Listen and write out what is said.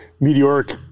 meteoric